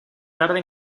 tarde